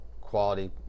quality